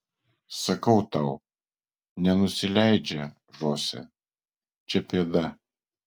sakau tau nenusileidžia žoze čia pėda